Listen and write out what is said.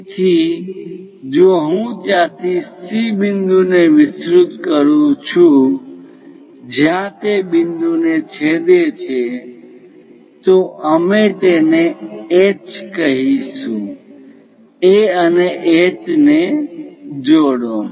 તેથી જો હું ત્યાંથી C બિંદુ ને વિસ્તૃત કરું છું જ્યાં તે બિંદુને છેદે છે તો અમે તેને H કહીશું A અને H ને જોડો